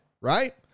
Right